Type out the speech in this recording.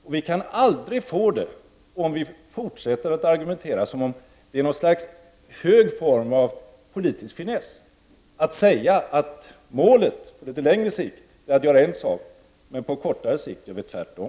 Och vi kan aldrig få det om vi fortsätter att argumentera som om det är någon högre grad av politisk finess att säga att målet på litet längre sikt är att göra en sak, men på kortare sikt gör vi tvärtom.